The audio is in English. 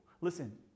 Listen